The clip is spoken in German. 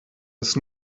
ist